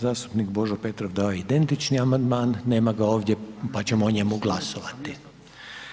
Zastupnik Božo Petrov, dao je identični amandman, nema ga ovdje pa ćemo o njemu glasovati.